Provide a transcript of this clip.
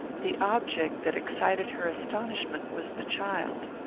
the object that excited her astonishment was the child.